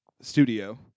studio